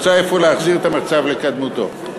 מוצע אפוא להחזיר את המצב לקדמותו.